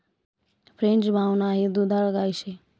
French brown हाई दुधाळ गाय शे